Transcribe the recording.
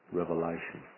revelation